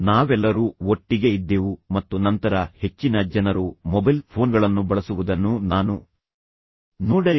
ನಾವೆಲ್ಲರೂ ಒಟ್ಟಿಗೆ ಇದ್ದೆವು ಮತ್ತು ನಂತರ ಹೆಚ್ಚಿನ ಜನರು ಮೊಬೈಲ್ ಫೋನ್ಗಳನ್ನು ಬಳಸುವುದನ್ನು ನಾನು ನೋಡಲಿಲ್ಲ